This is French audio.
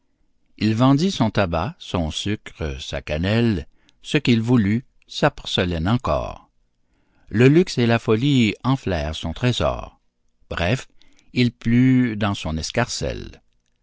il vendit son tabac son sucre sa cannelle ce qu'il voulut sa porcelaine encor le luxe et la folie enflèrent son trésor bref il plut dans son escarcelle